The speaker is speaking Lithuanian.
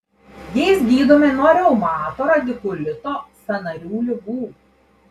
jais gydome nuo reumato radikulito sąnarių ligų